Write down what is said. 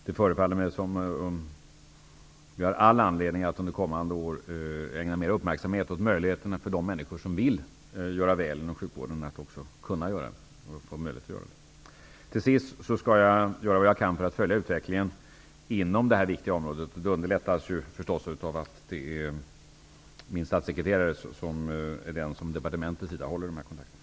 Det förefaller mig som om vi har all anledning att under kommande år ägna mer uppmärksamhet åt möjligheterna för de människor som vill göra väl inom sjukvården att också få göra det. Jag skall göra vad jag kan för att följa utvecklingen inom detta viktiga område. Det underlättas av att det är min statssekreterare som från departementets sida håller i dessa kontakter.